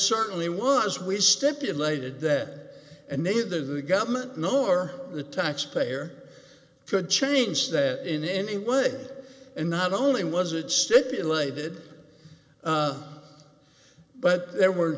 certainly was we stipulated that and they did the government nor the taxpayer could change that in any way and not only was it stipulated but there were